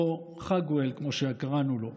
או חגואל, כמו שקראנו לו.